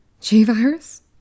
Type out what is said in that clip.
G-Virus